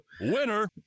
winner